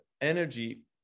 energy